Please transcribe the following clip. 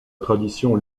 tradition